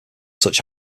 such